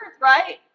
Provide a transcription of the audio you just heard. right